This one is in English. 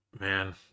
Man